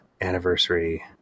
anniversary